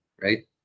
right